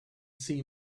see